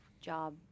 job